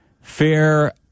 fair